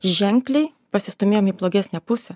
ženkliai pasistūmėjom į blogesnę pusę